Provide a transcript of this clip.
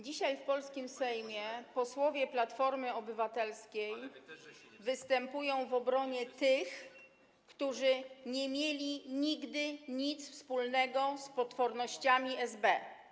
Dzisiaj w polskim Sejmie posłowie Platformy Obywatelskiej występują w obronie tych, którzy nie mieli nigdy nic wspólnego z potwornościami SB.